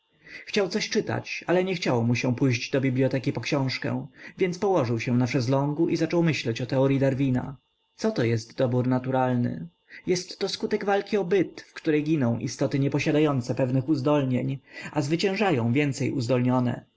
chciał coś czytać ale nie chciało mu się pójść do biblioteki po książkę więc położył się na szeslągu i zaczął myśleć o teoryi darwina coto jest dobór naturalny jestto skutek walki o byt w której giną istoty nie posiadające pewnych uzdolnień a zwyciężają więcej uzdolnione